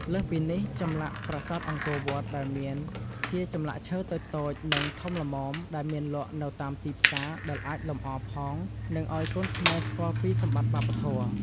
លើសពីនេះ ចម្លាក់ប្រាសាទអង្គវត្តដែលមានជាចម្លាក់ឈើតូចៗ និងធំល្មមដែលមានលក់នៅតាមទីផ្សារដែលអាចលំអរផង និងឲ្យកូនខ្មែរស្គាល់ពីសម្បត្តិវប្បធម៌។